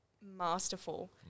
masterful